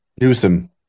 Newsom